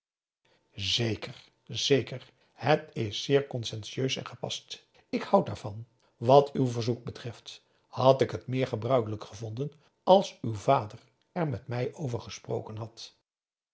zeker zeker het is zeer conscientieus en gepast ik houd daarvan wat uw verzoek betreft had ik het meer gebruikelijk gevonden als uw vader er met mij over gesproken had